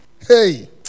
Hey